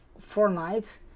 Fortnite